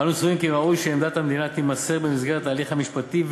אנו סבורים כי ראוי שעמדת המדינה תימסר במסגרת ההליך המשפטי,